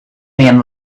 man